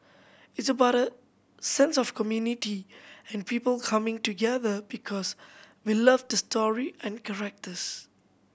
it's about a sense of community and people coming together because we love the story and characters